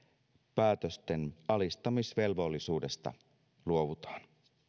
päätösten alistamisvelvollisuudesta luovutaan